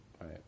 right